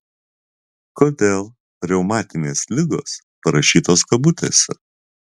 kodėl reumatinės ligos parašytos kabutėse